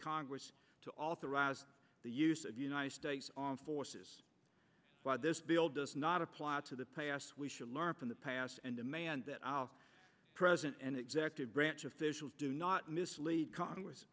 congress to authorize the use of united states on forces why this bill does not apply it to the playoffs we should learn from the past and demand that our president and executive branch officials do not mislead congress